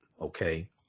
okay